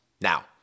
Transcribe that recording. Now